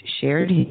shared